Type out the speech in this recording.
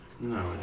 No